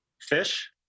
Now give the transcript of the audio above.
Fish